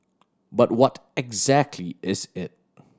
but what exactly is it